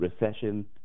recession